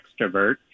extrovert